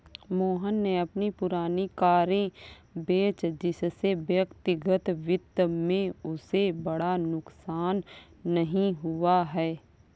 मोहन ने अपनी पुरानी कारें बेची जिससे व्यक्तिगत वित्त में उसे बड़ा नुकसान नहीं हुआ है